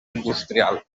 industrial